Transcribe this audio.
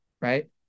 right